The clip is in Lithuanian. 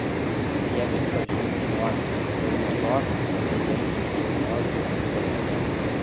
siekis pažinti žmones tai mados tendencijų prognozių esmė